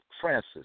Francis